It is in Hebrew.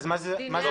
אז מה זה עמ"י?